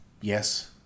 Yes